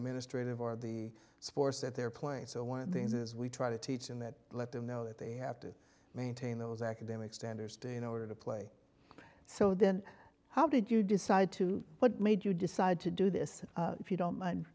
a ministry of or the sports that they're playing so one of the things is we try to teach in that let them know that they have to maintain those academic standards to in order to play so then how did you decide to what made you decide to do this if you don't mind